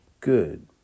good